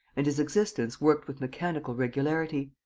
and his existence worked with mechanical regularity.